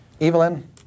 Evelyn